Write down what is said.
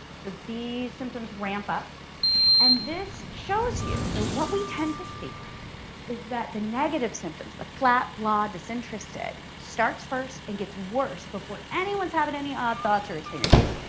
so these symptoms ramped up and this shows you that what we tend to see is that the negative symptoms the flat bla disinterested starts first and gets worse before anyone's having any odd thoughts or experiences